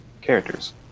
characters